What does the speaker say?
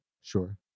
sure